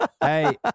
hey